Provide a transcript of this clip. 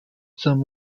some